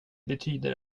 betyder